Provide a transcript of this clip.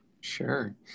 Sure